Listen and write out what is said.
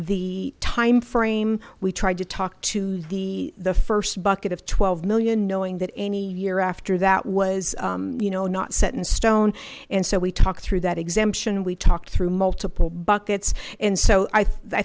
the timeframe we tried to talk to the the first bucket of twelve million knowing that any year after that was you know not set in stone and so we talked through that exemption we talked through multiple buckets and so i